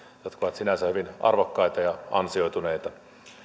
jotka ovat sinänsä hyvin arvokkaita ja ansioituneita